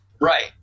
right